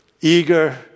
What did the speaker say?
eager